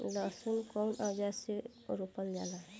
लहसुन कउन औजार से रोपल जाला?